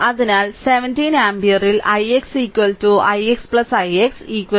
അതിനാൽ 17 ആമ്പിയറിൽ ix ix ' ix' ' 8